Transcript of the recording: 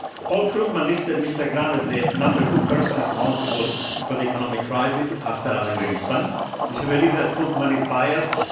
paul krugman listed mr. gramm as the number two person responsible for the economic crisis after alan greenspan. if you believe that krugman is biased,